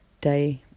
Day